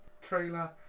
trailer